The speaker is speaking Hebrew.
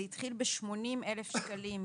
הסכום התחיל ב-80,000 שקלים,